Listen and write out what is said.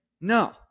No